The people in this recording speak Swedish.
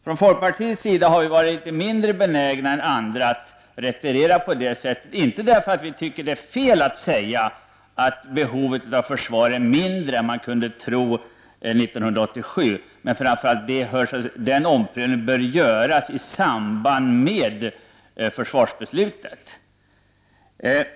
Från folkpartiets sida har vi varit litet mindre benägna än andra att retirera på det sättet, inte därför att vi tycker att det är fel att säga att försvarsbehovet är mindre än vad man kunde tro 1987, utan framför allt därför att den omprövningen bör göras i samband med försvarsbeslutet.